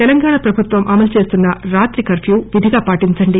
తెలంగాణ ప్రభుత్వం అమలుచేస్తున్న రాత్రి కర్ఫ్యూ విధిగా పాటించండి